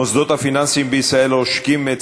המוסדות הפיננסיים בישראל עושקים את